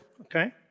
okay